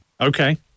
Okay